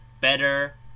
better